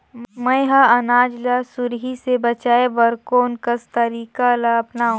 मैं ह अनाज ला सुरही से बचाये बर कोन कस तरीका ला अपनाव?